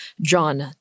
John